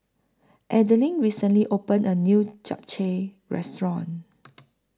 Adelyn recently opened A New Japchae Restaurant